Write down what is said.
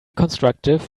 constructive